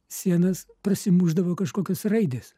sienas prasimušdavo kažkokios raidės